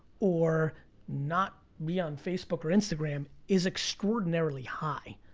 or not be on facebook or instagram, is extraordinarily high.